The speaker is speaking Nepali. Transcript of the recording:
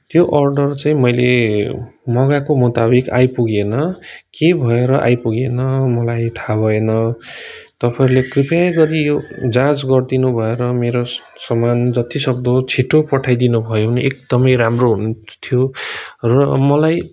त्यो अर्डर चाहिँ मैले मगाएको मुताबिक आइपुगेन के भएर आइपुगेन मलाई थाहा भएन तपाईँहरूले कृपया गरि यो जाँच गरिदिनु भएर मेरो सामान जति सक्दो छिटो पठाइ दिनुभयो भने एकदमै राम्रो हुन्थ्यो र मलाई